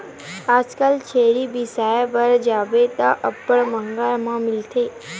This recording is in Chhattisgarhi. आजकल छेरी बिसाय बर जाबे त अब्बड़ मंहगा म मिलथे